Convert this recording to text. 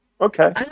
Okay